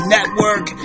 Network